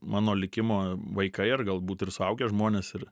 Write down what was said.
mano likimo vaikai ar galbūt ir suaugę žmonės ir